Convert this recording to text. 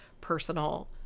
personal